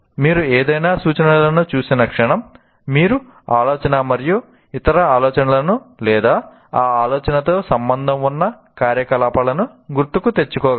మీరు ఏదైనా సూచనలను చూసిన క్షణం మీరు ఆలోచన మరియు ఇతర ఆలోచనలను లేదా ఆ ఆలోచనతో సంబంధం ఉన్న కార్యకలాపాలను గుర్తుకు తెచ్చుకోగలరు